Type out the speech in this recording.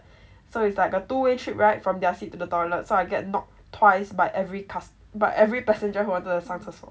so it's like a two way trip right from their seat to the toilet so I get knocked twice by every cust~ by every passenger who wanted to 上厕所